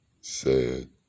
sad